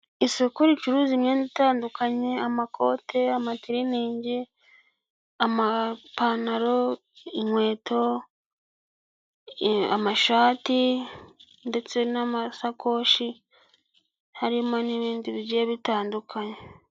Isoko ricuruza imyenda itandukanye amakote, amatiriningi, amapantaro, inkweto, amashati ndetse n'amasakoshi, harimo n'ibindi bigiye bitandukanye.